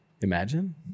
Imagine